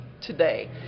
today